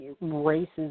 Races